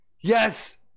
Yes